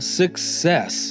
success